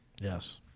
Yes